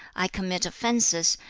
i commit offences,